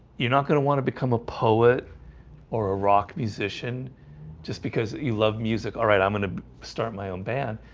you're not gonna want to become a poet or a rock musician just because you love music all right, i'm gonna start my own band.